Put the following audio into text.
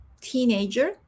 teenager